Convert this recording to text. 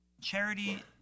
Charity